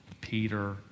Peter